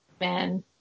man